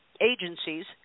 agencies